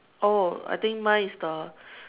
oh I think mine is the